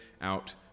out